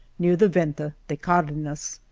near the venta de cardenas.